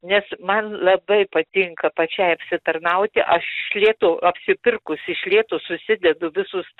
nes man labai patinka pačiai apsitarnauti aš iš lėto apsipirkus iš lėto susidedu visus